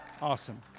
Awesome